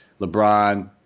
LeBron